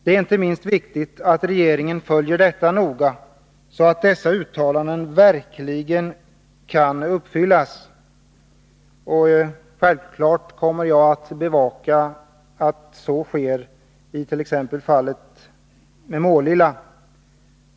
Det är inte minst viktigt att regeringen följer denna fråga noga, så att dessa uttalanden verkligen kan uppfyllas. Jag kommer att bevaka att så sker t.ex. beträffande Målilla.